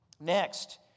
Next